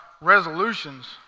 resolutions